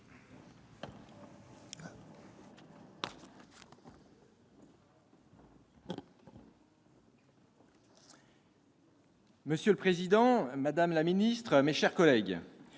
Monsieur le président, madame la ministre, mes chers collègues,